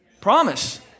Promise